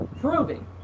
proving